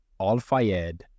Al-Fayed